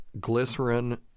glycerin